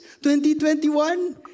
2021